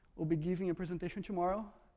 will be giving a presentation tomorrow,